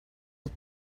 but